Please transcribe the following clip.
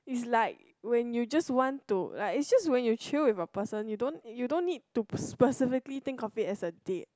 is like when you just want to like it's just when you chill with a person you don't you don't need to specifically think of it as a date